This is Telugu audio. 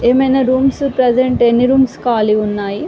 ఏమైన రూమ్స్ ప్రెజంట్ ఎన్ని రూమ్స్ ఖాళీగా ఉన్నాయి